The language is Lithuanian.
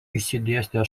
išsidėstę